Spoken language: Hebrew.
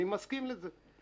אני מסכים לזה.